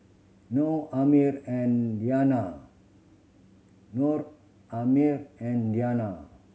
Noah Ammir and Danial Noah Ammir and Danial